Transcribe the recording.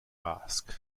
basque